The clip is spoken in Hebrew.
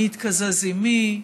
מי יתקזז עם מי,